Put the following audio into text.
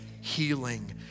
healing